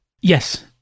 Yes